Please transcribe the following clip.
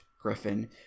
Griffin